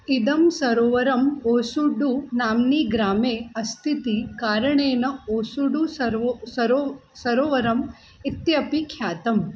इदं सरोवरम् ओसुडु नाम्नी ग्रामे अस्तीति कारणेन ओसुडु सर्वो सरो सरोवरः इत्यपि ख्यातम्